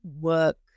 work